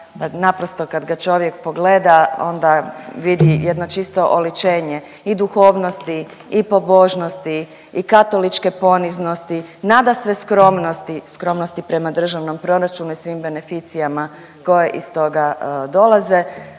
naprosto kad ga čovjek pogleda onda vidi jedno čisto oličenje i duhovnosti i pobožnosti i katoličke poniznosti nadasve skromnosti, skromnosti prema državnom proračunu i svim beneficijama koje iz toga dolaze